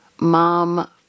mom